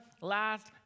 last